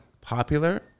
popular